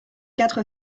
quatre